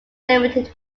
limited